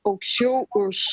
aukščiau už